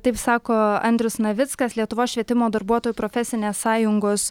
taip sako andrius navickas lietuvos švietimo darbuotojų profesinės sąjungos